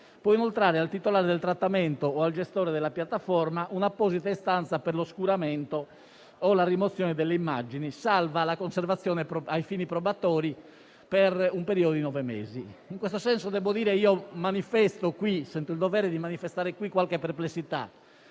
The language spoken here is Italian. può inoltrare al titolare del trattamento o al gestore della piattaforma un'apposita istanza per l'oscuramento o la rimozione delle immagini, salvo la conservazione ai fini probatori per un periodo di nove mesi. In questo senso, sento il dovere di manifestare qui qualche perplessità,